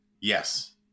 yes